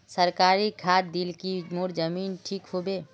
सरकारी खाद दिल की मोर जमीन ठीक होबे?